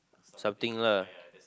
something lah